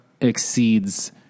exceeds